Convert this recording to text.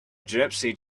gypsy